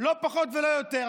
לא פחות ולא יותר.